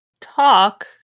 talk